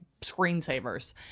screensavers